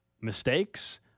mistakes